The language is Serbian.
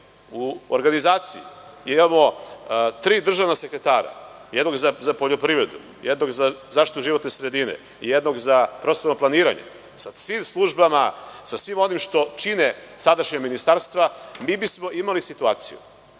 u organizaciji imamo tri državna sekretara, jednog za poljoprivredu, jednog za zaštitu životne sredine, jednog za prostorno planiranje, sa svim službama, sa svim onim što čine sadašnja ministarstva mi bismo imali situaciju